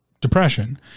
depression